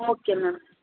okay ma'am